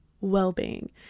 well-being